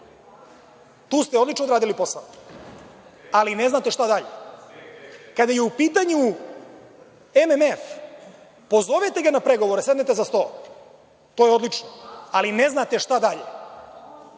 tu ste odlično odradili posao, ali ne znate šta dalje. Kada je u pitanju MMF, pozovete ga na pregovore, sednete za sto, to je odlično, ali ne znate šta dalje.